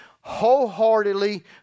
wholeheartedly